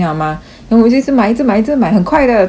then 我就是买一直买一直买很快的这种东西